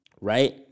Right